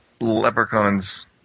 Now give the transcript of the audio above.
leprechauns